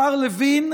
השר לוין,